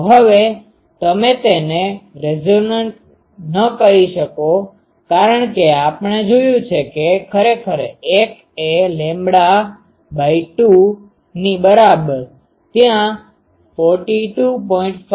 તો હવેતમે તેને રેઝોનેન્ટresonantપડઘો ન કરી શકો કારણ કે આપણે જોયું છે કે ખરેખર l એ લેમ્બડા2 ની બરાબર ત્યાં 42